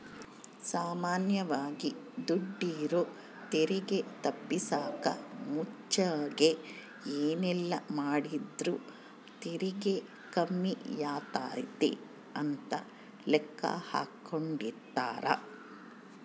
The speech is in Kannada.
ಸಾಮಾನ್ಯವಾಗಿ ದುಡೆರು ತೆರಿಗೆ ತಪ್ಪಿಸಕ ಮುಂಚೆಗೆ ಏನೆಲ್ಲಾಮಾಡಿದ್ರ ತೆರಿಗೆ ಕಮ್ಮಿಯಾತತೆ ಅಂತ ಲೆಕ್ಕಾಹಾಕೆಂಡಿರ್ತಾರ